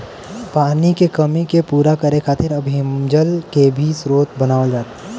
पानी के कमी के पूरा करे खातिर अब हिमजल के भी स्रोत बनावल जाला